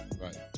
Right